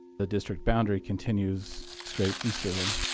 the district boundary continues straight easterly.